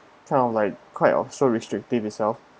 kind of like quite also restrictive itself